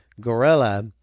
Gorilla